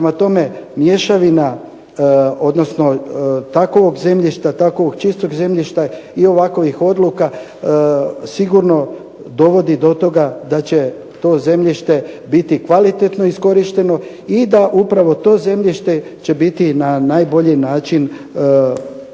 prema tome, mješavina odnosno takovog zemljišta, takovog čistog zemljišta i ovakovih odluka sigurno dovodi do toga da će to zemljište biti kvalitetno iskorišteno i da upravo to zemljište će biti na najbolji način upotrebljeno